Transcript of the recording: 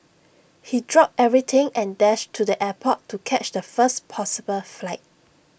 he dropped everything and dashed to the airport to catch the first possible flight